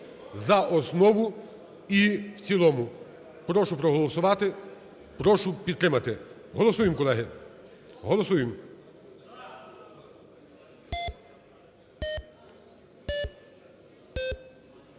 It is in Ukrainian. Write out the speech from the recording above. за основу і в цілому. Прошу проголосувати, прошу підтримати. Голосуємо, колеги, голосуємо!